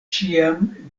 ĉiam